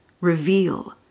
reveal